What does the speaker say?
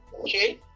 okay